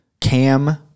Cam